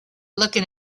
looking